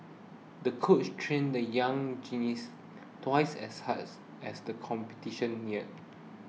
the coach trained the young gymnast twice as hard as the competition neared